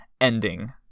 ending